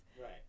right